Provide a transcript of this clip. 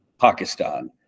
Pakistan